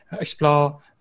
explore